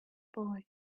boy